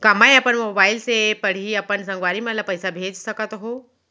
का मैं अपन मोबाइल से पड़ही अपन संगवारी मन ल पइसा भेज सकत हो?